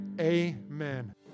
Amen